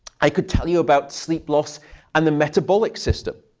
i could tell you about sleep loss and the metabolic system,